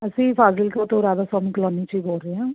ਅਸੀਂ ਫਾਜ਼ਿਲਕਾ ਤੋਂ ਰਾਧਾ ਸੁਆਮੀ ਕਲੋਨੀ ਚੋ ਹੀ ਬੋਲ ਰਹੇ ਆ